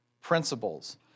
principles